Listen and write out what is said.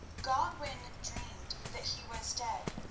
godwin dreamed that he was dead,